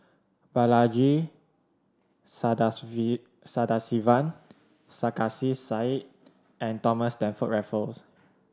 Balaji Sadasivan Sarkasi Said and Thomas Stamford Raffles